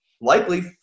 likely